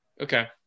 Okay